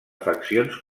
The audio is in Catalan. fraccions